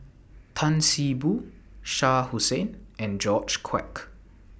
Tan See Boo Shah Hussain and George Quek